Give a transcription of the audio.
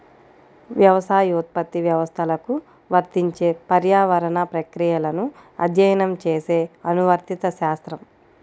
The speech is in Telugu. వ్యవసాయోత్పత్తి వ్యవస్థలకు వర్తించే పర్యావరణ ప్రక్రియలను అధ్యయనం చేసే అనువర్తిత శాస్త్రం